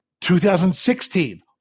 2016